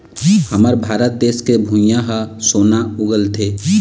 हमर भारत देस के भुंइयाँ ह सोना उगलथे